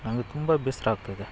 ನನಗೆ ತುಂಬ ಬೇಸರ ಆಗ್ತಾಯಿದೆ